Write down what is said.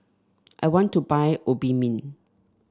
I want to buy Obimin